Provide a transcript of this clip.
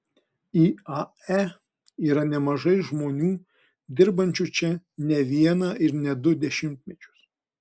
iae yra nemažai žmonių dirbančių čia ne vieną ir ne du dešimtmečius